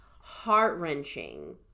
heart-wrenching